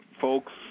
folks